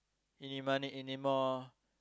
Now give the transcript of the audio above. Eeny meeney miny moe